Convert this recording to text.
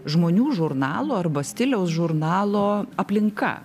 žmonių žurnalo arba stiliaus žurnalo aplinka